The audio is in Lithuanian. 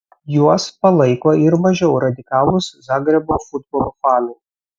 juos palaiko ir mažiau radikalūs zagrebo futbolo fanai